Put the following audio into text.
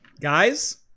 guys